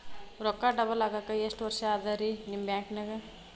ರೊಕ್ಕ ಡಬಲ್ ಆಗಾಕ ಎಷ್ಟ ವರ್ಷಾ ಅದ ರಿ ನಿಮ್ಮ ಬ್ಯಾಂಕಿನ್ಯಾಗ?